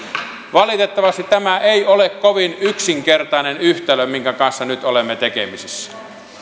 valitettavasti tämä ei ole kovin yksinkertainen yhtälö minkä kanssa nyt olemme tekemisissä